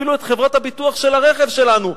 אפילו חברת הביטוח של הרכב שלנו.